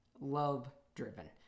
love-driven